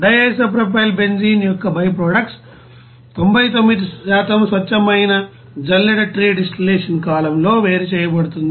D isopropylbenzene యొక్క byproducts 99 స్వచ్ఛమైన జల్లెడ ట్రే డిస్టిల్లషన్ కాలమ్లో వేరు చేయబడింది